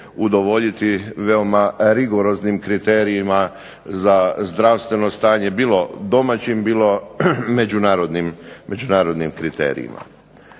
veoma rigoroznim kriterijima za zdravstveno stanje bilo domaćim bilo međunarodnim kriterijima.